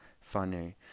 funny